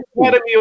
Academy